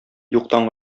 юктан